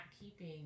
keeping